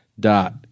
dot